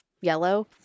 yellow